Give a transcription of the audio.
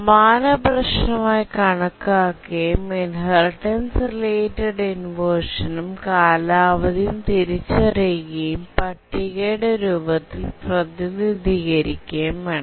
സമാന പ്രശ്നമായി കണക്കാക്കുകയും ഇൻഹെറിറ്റൻസ് റിലേറ്റഡ് ഇൻവെർഷനും കാലാവധിയും തിരിച്ചറിയുകയും പട്ടികയുടെ രൂപത്തിൽ പ്രതിനിധീകരിക്കുകയും വേണം